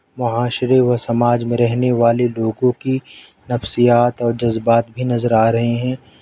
معاشرے و سماج میں رہنے والے لوگوں کی نفسیات اور جذبات بھی نظر آ رہے ہیں